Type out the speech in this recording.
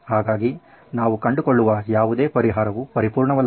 ಹಾಗಾಗಿ ನಾವು ಕಂಡುಕೊಳ್ಳುವ ಯಾವುದೇ ಪರಿಹಾರವು ಪರಿಪೂರ್ಣವಲ್ಲ